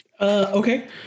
Okay